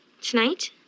Tonight